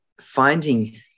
finding